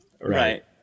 right